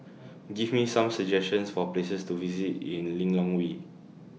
Give Me Some suggestions For Places to visit in Lilongwe